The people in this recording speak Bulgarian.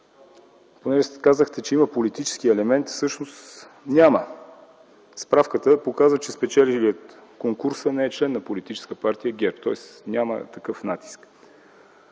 Казак! Казахте, че има политически елемент, а всъщност няма. Справката показва, че спечелилият конкурса не е член на политическа партия ГЕРБ. Тоест няма такъв натиск.